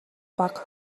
бага